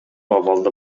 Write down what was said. абалда